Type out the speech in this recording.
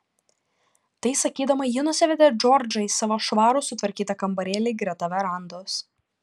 tai sakydama ji nusivedė džordžą į savo švarų sutvarkytą kambarėlį greta verandos